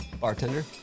bartender